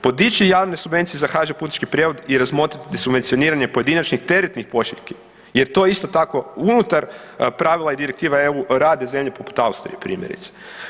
Podići javne subvencije za HŽ Putnički prijevoz i razmotriti subvencioniranje pojedinačnih teretnih pošiljki jer to isto tako unutar pravila i direktiva EU rade zemlje poput Austrije primjerice.